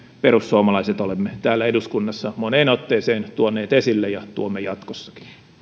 perussuomalaiset olemme täällä eduskunnassa moneen otteeseen tuoneet esille ja tuomme jatkossakin